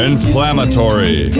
Inflammatory